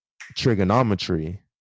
trigonometry